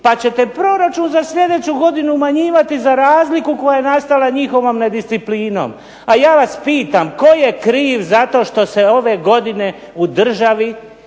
pa ćete proračun za sljedeću godinu umanjivati za razliku koja je nastala njihovom nedisciplinom. A ja vas pitam tko je kriv za to što se ove godine u državi